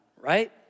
right